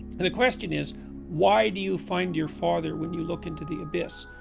and the question is why do you find your father when you look into the abyss?